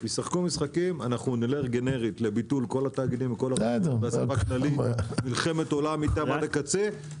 ישחקו משחקים נלך גנרית לביטול כל התאגידים מלחמת עולם עד הקצה.